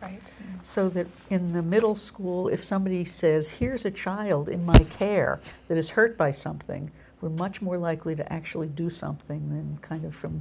right so that in the middle school if somebody says here's a child in my care that is hurt by something we're much more likely to actually do something than kind of from